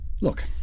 Look